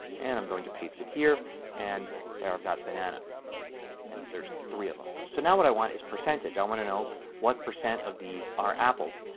and i'm going to paste it here and there i've got banana and there is three of them. so now what i want is percentage. i want to know what percent of these are apples.